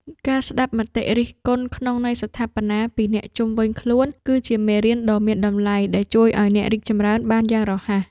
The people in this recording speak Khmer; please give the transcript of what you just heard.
ការស្ដាប់មតិរិះគន់ក្នុងន័យស្ថាបនាពីអ្នកជុំវិញខ្លួន គឺជាមេរៀនដ៏មានតម្លៃដែលជួយឱ្យអ្នករីកចម្រើនបានយ៉ាងរហ័ស។